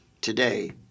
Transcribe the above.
today